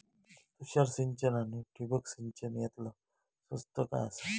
तुषार सिंचन आनी ठिबक सिंचन यातला स्वस्त काय आसा?